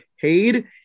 paid